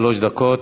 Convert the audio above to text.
שלוש דקות.